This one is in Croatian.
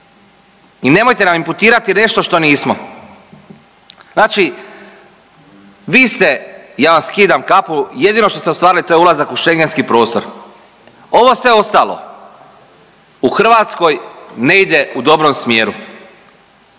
i nemojte nam imputirati nešto što nismo. Znači vi ste, ja vam skidam kapu, jedino što ste ostvarili to je ulazak u schengentski prostor, ovo sve ostalo u Hrvatskoj ne ide u dobrom smjeru.